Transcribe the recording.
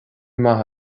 maith